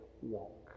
walk